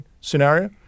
scenario